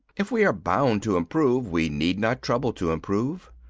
if we are bound to improve, we need not trouble to improve.